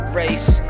race